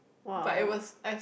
!wow!